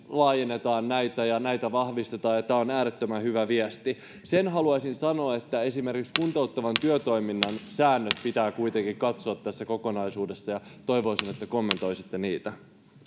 laajennetaan näitä ja näitä vahvistetaan ja tämä on äärettömän hyvä viesti sen haluaisin sanoa että esimerkiksi kuntouttavan työtoiminnan säännöt pitää kuitenkin katsoa tässä kokonaisuudessa ja toivoisin että kommentoisitte niitä